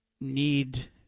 need